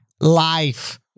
life